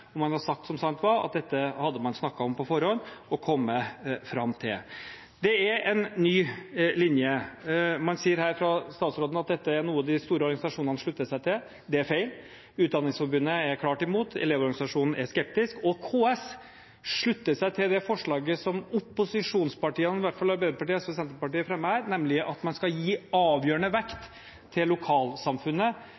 om man hadde sagt som sant var, at dette hadde man snakket om på forhånd og kommet fram til. Det er en ny linje. Man sier her fra statsråden at dette er noe de store organisasjonene slutter seg til. Det er feil. Utdanningsforbundet er klart mot, Elevorganisasjonen er skeptisk, og KS slutter seg til det forslaget som opposisjonspartiene, i hvert fall Arbeiderpartiet, Senterpartiet og SV, fremmer her, nemlig at man skal gi avgjørende vekt til lokalsamfunnet